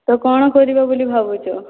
ତ କ'ଣ କରିବ ବୋଲି ଭାବୁଛ